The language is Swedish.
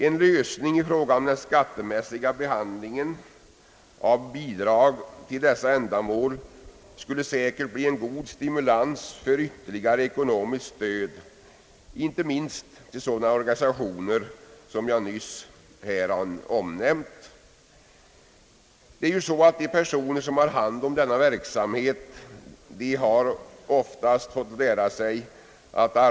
En lösning i fråga om den skattemässiga behandlingen av bidrag till dessa ändamål skulle säkert utgöra en god stimulans för ytterligare ekonomiskt stöd, inte minst till sådana organisationer jag nyss omnämnt. De personer som har hand om denna verksamhet har oftast fått lära sig att ar Ang.